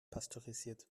pasteurisiert